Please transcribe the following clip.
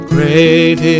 Great